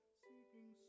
seeking